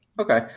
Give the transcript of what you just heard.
okay